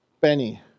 Benny